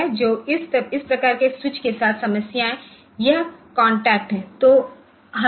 तो इस प्रकार के स्विच के साथ समस्याएं यह कांटेक्ट है